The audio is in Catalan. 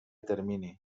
termini